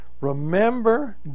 Remember